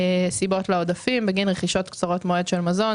הסיבות לעודפים: בגין רכישות קצרות-מועד של מזון,